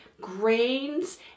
grains